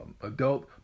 Adult